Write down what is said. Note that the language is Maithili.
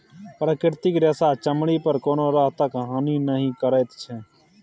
प्राकृतिक रेशा चमड़ी पर कोनो तरहक हानि नहि करैत छै